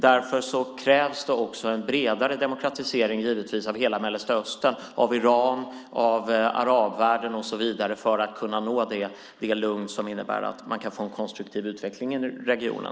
Därför krävs det givetvis också en bredare demokratisering av hela Mellanöstern, av Iran, av arabvärlden och så vidare för att kunna nå det lugn som innebär att man kan få en konstruktiv utveckling i regionen.